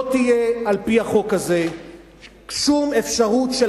לא תהיה על-פי החוק הזה שום אפשרות של